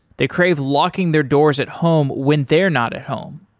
they crave locking their doors at home when they're not at home.